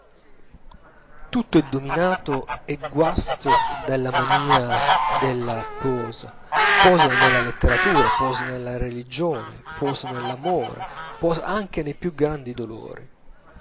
tutto è dominato e guasto dalla mania della pose pose nella letteratura pose nella religione pose nell'amore pose anche nei più grandi dolori